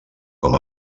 com